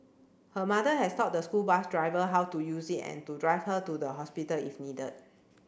her mother has taught the school bus driver how to use it and drive her to the hospital if needed